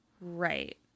Right